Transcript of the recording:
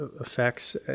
effects